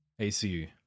ACU